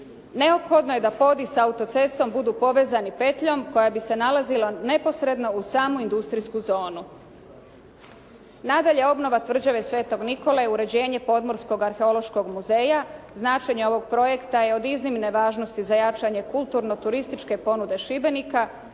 Neophodno je da Povi s autocestom budu povezani petljom koja bi se nalazila neposredno uz samu industrijsku zonu. Nadalje, obnova tvrđave Svetog Nikole, uređenje Podmorskog arheološkog muzeja, značenje ovog projekta je od iznimne važnosti za jačanje kulturno-turističke ponude Šibenika